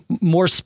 more